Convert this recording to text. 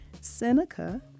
Seneca